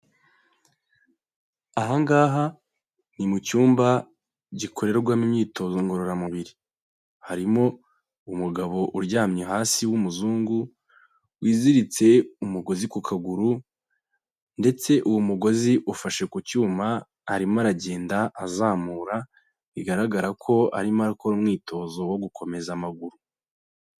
Aha ngaha ni mu cyumba gikorerwamo imyitozo ngororamubiri, harimo umugabo uryamye hasi w'umuzungu wiziritse umugozi ku kaguru ndetse uwo mugozi ufashe ku cyuma arimo aragenda azamura, bigaragara ko arimo arakora umwitozo wo gukomeza amaguru.